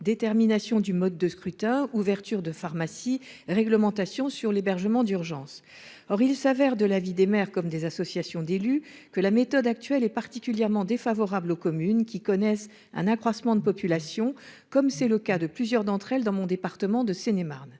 détermination du mode de scrutin, ouverture de pharmacies ou réglementation sur l'hébergement d'urgence. Or il s'avère, de l'avis des maires comme des associations d'élus, que la méthode actuelle est particulièrement défavorable aux communes qui connaissent un accroissement de population, comme c'est le cas de plusieurs d'entre elles dans mon département de Seine-et-Marne.